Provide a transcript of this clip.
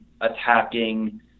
attacking